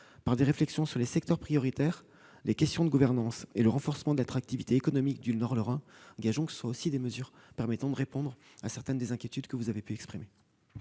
par des réflexions sur les secteurs prioritaires, les questions de gouvernance et le renforcement de l'attractivité économique du Nord lorrain. Gageons que ces mesures permettent aussi de répondre à certaines des inquiétudes que vous avez exprimées.